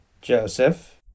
Joseph